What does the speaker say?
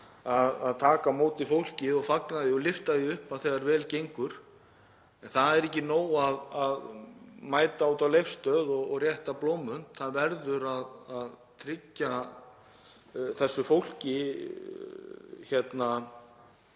að taka á móti fólki og fagna því og lyfta því upp þegar vel gengur. En það er ekki nóg að mæta út á Leifsstöð og rétta fram blómvönd. Það verður að tryggja þessu fólki